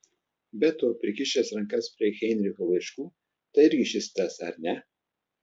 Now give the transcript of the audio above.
be to prikišęs rankas prie heinricho laiškų tai irgi šis tas ar ne